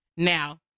Now